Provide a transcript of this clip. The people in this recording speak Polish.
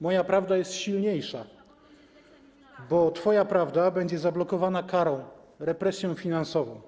Moja prawda jest silniejsza, bo twoja prawda będzie zablokowana karą, represją finansową.